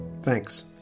Thanks